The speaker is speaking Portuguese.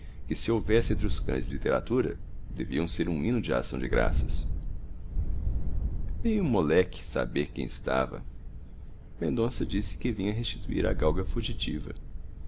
que se houvesse entre os cães literatura deviam ser um hino de ação de graças veio um moleque saber quem estava mendonça disse que vinha restituir a galga fugitiva